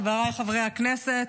חבריי חברי הכנסת,